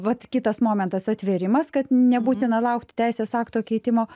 vat kitas momentas atvėrimas kad nebūtina laukti teisės akto keitimo